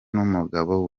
n’umugabo